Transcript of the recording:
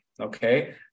Okay